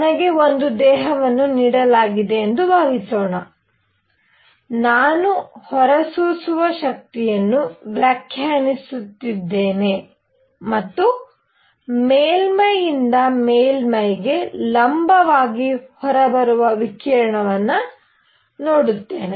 ನನಗೆ ಒಂದು ದೇಹವನ್ನು ನೀಡಲಾಗಿದೆ ಎಂದು ಭಾವಿಸೋಣ ನಾನು ಹೊರಸೂಸುವ ಶಕ್ತಿಯನ್ನು ವ್ಯಾಖ್ಯಾನಿಸುತ್ತಿದ್ದೇನೆ ಮತ್ತು ಮೇಲ್ಮೈಯಿಂದ ಮೇಲ್ಮೈಗೆ ಲಂಬವಾಗಿ ಹೊರಬರುವ ವಿಕಿರಣವನ್ನು ನೋಡುತ್ತೇನೆ